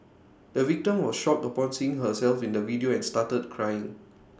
the victim was shocked upon seeing herself in the video and started crying